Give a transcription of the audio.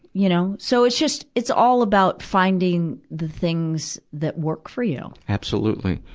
you know. so, it's just, it's all about finding the things that work for you. absolutely.